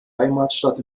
heimatstadt